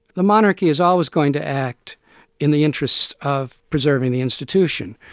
the monarchy is always going to act in the interests of preserving the institution.